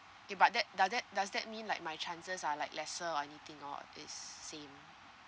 K but that does that~ does that mean like my chances are like lesser or anything or is same